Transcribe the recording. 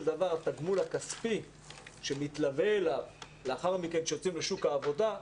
דבר יביא תגמול כספי טוב יותר כשיצאו לשוק העבודה.